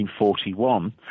1941